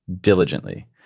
diligently